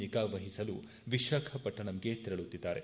ನಿಗಾ ವಹಿಸಲು ವಿಶಾಖಪಟ್ಟಣಂಗೆ ತೆರಳುತ್ತಿದ್ದಾರೆ